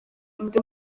undi